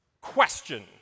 question